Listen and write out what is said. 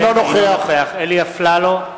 אינו נוכח אלי אפללו,